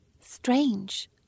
Strange